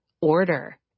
order